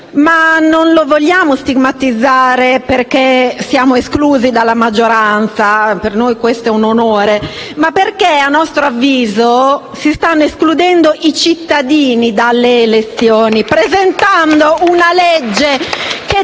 Non lo vogliamo stigmatizzare perché siamo esclusi dalla maggioranza (per noi questo è un onore), ma perché a nostro avviso si stanno escludendo i cittadini dalle elezioni *(Applausi dal